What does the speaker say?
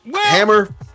Hammer